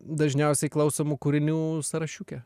dažniausiai klausomų kūrinių sąrašiuke